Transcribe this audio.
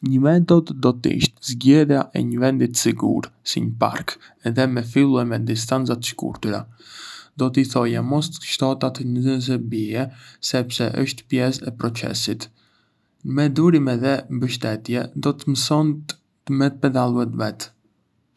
Një metodë do të ishte zgjedhja e një vendi të sigurt, si një park, edhe me fillue me distanca të shkurtra. Do t’i thoja mos të shqetësohet nëse bie, sepse është pjesë e procesit. Me durim edhe mbështetje, do të mësonte me pedalue vetë.